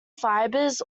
fibers